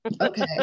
Okay